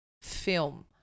Film